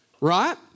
right